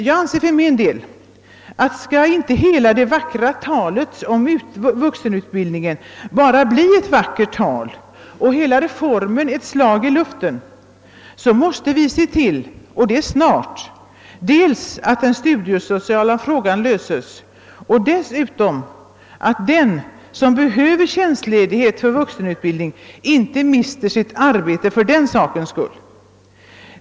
Jag anser för min del att om inte hela det vackra talet om vuxenutbildningen bara skall bli ett vackert tal och hela reformen ett slag i luften, så måste vi se till — och det snart — att den studiesociala frågan löses och dessutom att den som behöver tjänstledighet för vuxenutbildning inte mister sitt arbete för den sakens skull.